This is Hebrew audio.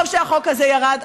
טוב שהחוק הזה ירד.